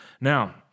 Now